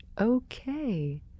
okay